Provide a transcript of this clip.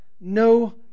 no